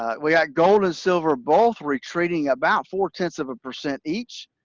ah we got gold and silver both retreating about four tenths of a percent each,